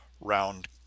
Round